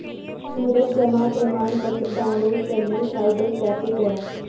सूरज जमा प्रमाण पत्र डाउनलोड करने साइबर कैफे गया